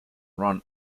ron